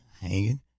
hanging